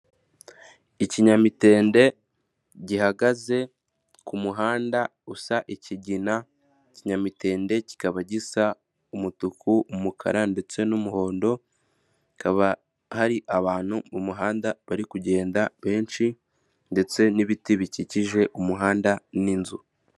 Ikinyamitende gihagaze ku muhanda usa ikigina, kinyamitende kikaba gisa umutuku, umukara, ndetse n'umuhondo. Hakaba hari abantu mu muhanda bari kugenda benshi ndetse n'ibiti bikikije umuhanda n'inzu.